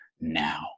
now